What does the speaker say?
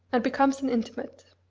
and becomes an intimate.